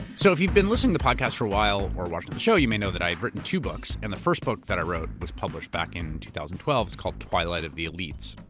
so, if you've been listening to podcasts for a while or watching the show, you may know that i've written two books, and the first book that i wrote was published back in two thousand and twelve. it's called twilight of the elites,